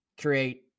create